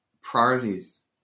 priorities